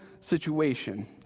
situation